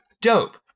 Dope